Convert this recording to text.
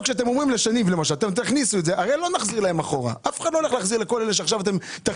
שניב אף אחד לא יחזיר להם אחורה, ולכל האחרים.